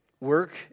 Work